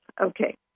Okay